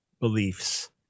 beliefs